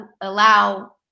allow